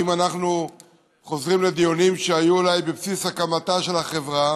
האם אנחנו חוזרים לדיונים שהיו אולי בבסיס הקמתה של החברה?